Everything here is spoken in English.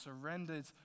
surrendered